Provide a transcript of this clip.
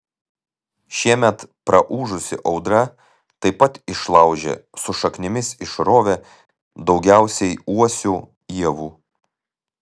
šiemet praūžusi audra taip pat išlaužė su šaknimis išrovė daugiausiai uosių ievų